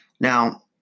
Now